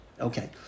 Okay